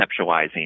conceptualizing